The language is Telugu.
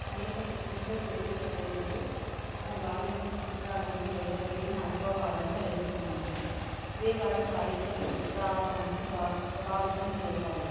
అనేక ప్రసిద్ధ తెలుగు రచయితలు తమ బాల్యంలో కష్టాలను లేదా విభిన్న అనుభవాలను ఎదుర్కొన్నారు ఇవే వారి సాహిత్య ప్రస్థానానికి ప్రభావితం చేశాయి